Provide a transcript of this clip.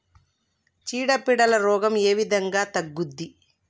చీడ పీడల రోగం ఏ విధంగా తగ్గుద్ది?